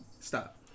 Stop